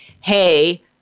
hey